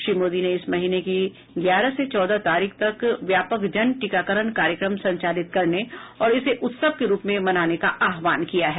श्री मोदी ने इस महीने की ग्यारह से चौदह तारीख तक व्यापक जन टीकाकरण कार्यक्रम संचालित करने और इसे उत्सव के रूप में मनाने का आहवान किया है